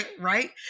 Right